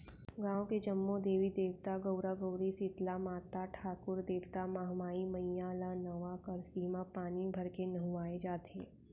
गाँव के जम्मो देवी देवता, गउरा गउरी, सीतला माता, ठाकुर देवता, महामाई मईया ल नवा करसी म पानी भरके नहुवाए जाथे